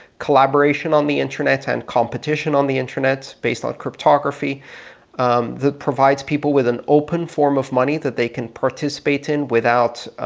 collaboration on the internet and competition on the internet, based on cryptography um that provides people with an open form of money that they can participate in without